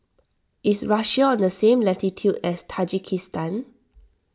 is Russia on the same latitude as Tajikistan